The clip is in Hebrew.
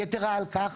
יתרה על כך